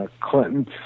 Clinton